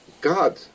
God